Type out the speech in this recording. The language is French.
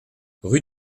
rue